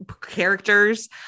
characters